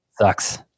Sucks